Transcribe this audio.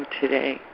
today